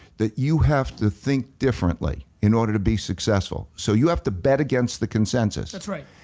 that you have to think differently in order to be successful. so you have to bet against the consensus. that's right.